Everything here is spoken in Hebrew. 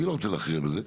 אני לא רוצה להכריע בזה.